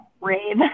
rave